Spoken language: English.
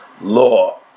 law